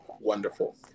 wonderful